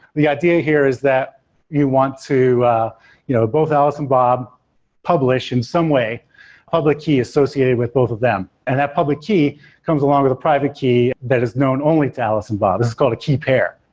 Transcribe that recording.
the idea here is that you want to ah you know both alice and bob publish in some way public key associated with both of them, and that public key comes along with a private key that is known only to alice and bob. called a key pair,